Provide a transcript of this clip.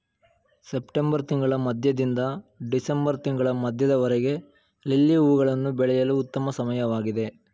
September ತಿಂಗಳ ಮಧ್ಯದಿಂದ December ತಿಂಗಳ ಮಧ್ಯದವರೆಗೆ ಲಿಲ್ಲಿ ಹೂವುಗಳನ್ನು ಬೆಳೆಯಲು ಉತ್ತಮ ಸಮಯವಾಗಿದೆ